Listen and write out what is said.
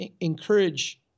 encourage